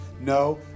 no